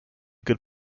good